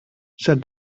said